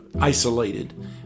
isolated